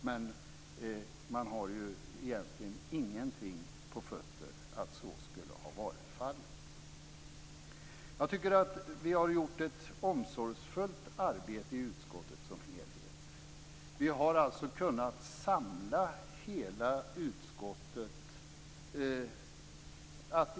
Men man har egentligen ingenting på fötterna att så skulle ha varit fallet. Jag tycker att vi i utskottet som helhet har gjort ett omsorgsfullt arbete. Vi har alltså kunna samla hela utskottet.